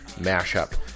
mashup